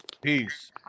Peace